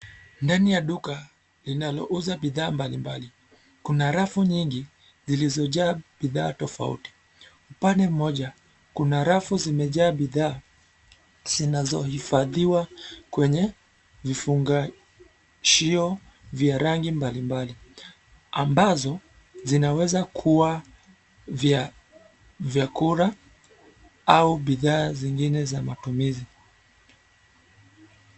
Ndani ya duka, linalouza bidhaa mbali mbali, kuna rafu nyingi, zilizojaa, bidhaa tofauti, upande mmoja, kuna rafu zimejaa bidhaa, zinazohifadhiwa kwenye, vifungashio, vya rangi mbali mbali, ambazo, zinaweza kuwa, vya, vyakula, au bidhaa zingine za matumizi.